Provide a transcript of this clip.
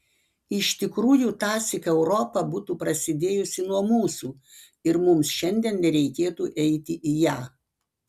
iš tikrųjų tąsyk europa būtų prasidėjusi nuo mūsų ir mums šiandien nereikėtų eiti į ją